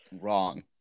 wrong